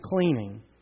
cleaning